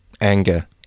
anger